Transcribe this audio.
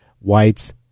whites